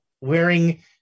wearing